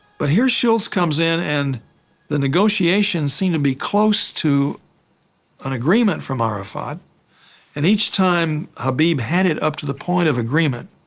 but here shultz comes in and the negotiations seem to be close to an agreement from arafat and each time habib had it up to the point of agreement,